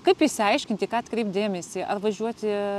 kaip išsiaiškinti į ką atkreipt dėmesį ar važiuoti